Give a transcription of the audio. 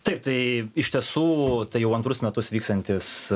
taip tai iš tiesų tai jau antrus metus vykstantis